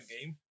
game